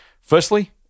firstly